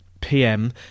PM